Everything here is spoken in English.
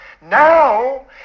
Now